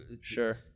Sure